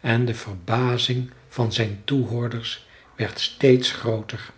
en de verbazing van zijn toehoorders werd steeds grooter